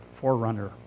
forerunner